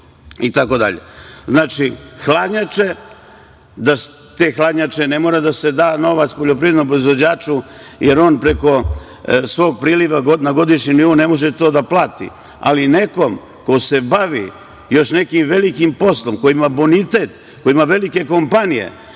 svoju cenu. Znači, hladnjače. Te hladnjače, ne mora da se da novac poljoprivrednom proizvođaču, jer on preko svog priliva na godišnjem nivou ne može to da plati, ali nekom ko se bavi još nekim velikim poslom, koji ima bonitet, koji ima velike kompanije,